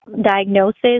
diagnosis